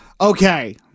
Okay